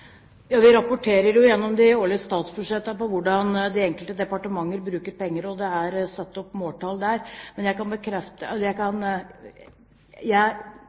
Vi rapporterer jo gjennom de årlige statsbudsjettene om hvordan de enkelte departementer bruker penger, og det er satt opp måltall der. Som fornyingsminister er jeg